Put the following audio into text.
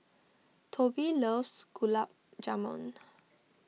Tobie loves Gulab Jamun